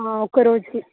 ఒక రోజుకి